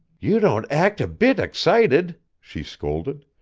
you don't act a bit excited, she scolded.